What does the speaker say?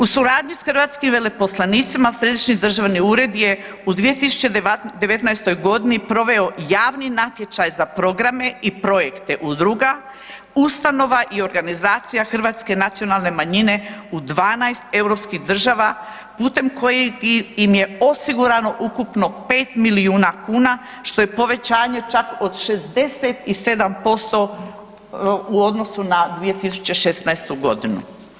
U suradnji sa hrvatskim veleposlanicima, Središnji državni ured je u 2019. g. proveo javni natječaj za programe i projekte udruga, ustanova i organizacija hrvatske nacionalne manjine u 12 europskih država putem kojem im je osigurano ukupno 5 milijuna kn, što je povećanje čak od 67% u odnosu na 2016. godinu.